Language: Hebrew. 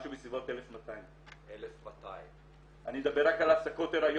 משהו בסביבות 1200. אני מדבר רק על הפסקות הריון